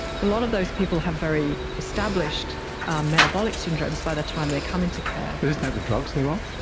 but a lot of those people have very established metabolic syndromes by the time they come into care. but isn't that the drugs they are on?